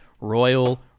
Royal